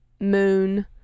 moon